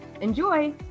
Enjoy